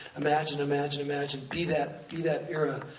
imagine, imagine, imagine, be that be that era.